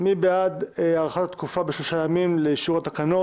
מי בעד הארכת התקופה בשלושה ימים לאישור התקנות?